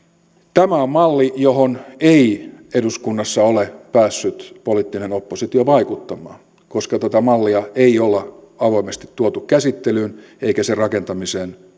tämä on malli johon ei eduskunnassa ole päässyt poliittinen oppositio vaikuttamaan koska tätä mallia ei olla avoimesti tuotu käsittelyyn eikä sen rakentamiseen